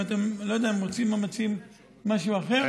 לא יודע אם, המציעים רוצים משהו אחר?